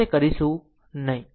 આપણે તે કરીશું નહીં